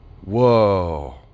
whoa